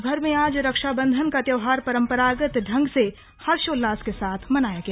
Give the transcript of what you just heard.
देशभर में आज रक्षाबंधन का त्यौहार परम्परागत ढंग से हर्शोल्लास के साथ मनाया गया